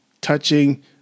touching